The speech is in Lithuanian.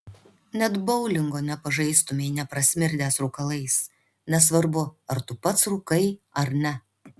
net boulingo nepažaistumei neprasmirdęs rūkalais nesvarbu ar tu pats rūkai ar ne